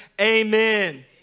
Amen